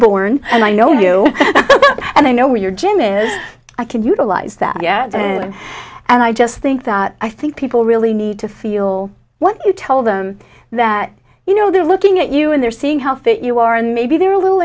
born and i know you and i know where your gym is i can utilize that and i just think that i think people really need to feel what you tell them that you know they're looking at you and they're seeing how fit you are and maybe they're a little